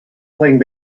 playing